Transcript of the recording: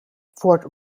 fort